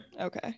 okay